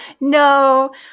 no